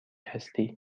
هستی